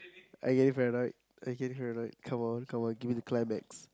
are you getting paranoid are you getting paranoid come on come on give me the climax